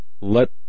Let